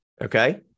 Okay